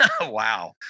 Wow